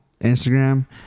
Instagram